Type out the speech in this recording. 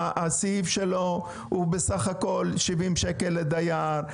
הסעיף שלו הוא בסך הכל 70 שקלים לדייר,